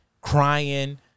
crying